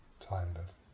timeless